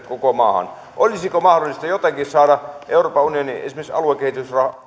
koko maahan olisiko mahdollista jotenkin saada esimerkiksi euroopan unionin aluekehitysrahoja